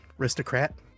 Aristocrat